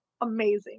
Amazing